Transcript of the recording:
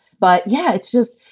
but, yeah, it's just,